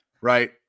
right